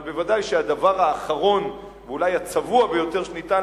אבל ודאי שהדבר האחרון ואולי הצבוע ביותר שניתן